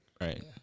Right